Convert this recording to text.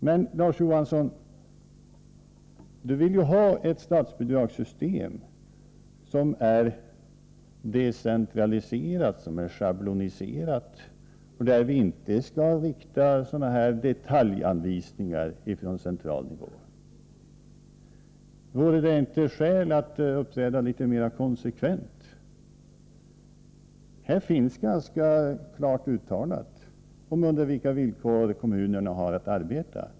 Men Larz Johansson vill ju ha ett statsbidragssystem som är decentraliserat och schabloniserat samt där vi inte skall gå ut med detaljanvisningar från centralt håll. Vore det inte skäl att uppträda litet mer konsekvent? Det står ganska klart uttalat under vilka villkor kommunerna har att arbeta.